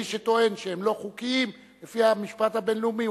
מי שטוען שהם לא חוקיים לפי המשפט הבין-לאומי,